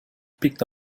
picked